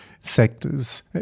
sectors